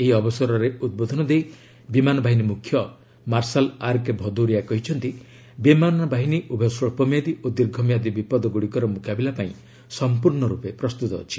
ଏହି ଅବସରରେ ଉଦ୍ବୋଧନ ଦେଇ ବିମାନ ବାହିନୀ ମ୍ରଖ୍ୟ ମାର୍ଶାଲ୍ ଆର୍କେ ଭଦୌରିଆ କହିଛନ୍ତି ବିମାନ ବାହିନୀ ଉଭୟ ସ୍ୱଚ୍ଚ ମିଆଦି ଓ ଦୀର୍ଘ ମିଆଦି ବିପଦଗୁଡ଼ିକର ମୁକାବିଲା ପାଇଁ ସମ୍ପୂର୍ଣ୍ଣ ରୂପେ ପ୍ରସ୍ତୁତ ଅଛି